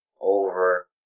over